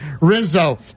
Rizzo